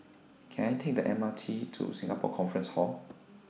Can I Take The M R T to Singapore Conference Hall